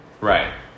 Right